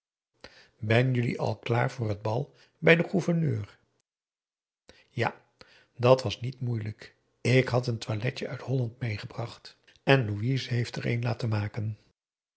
ben jullie al klaar voor het bal bij den gouverneur ja dat was niet moeilijk ik had een toiletje uit holland meegebracht en louise heeft er een laten maken